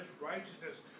righteousness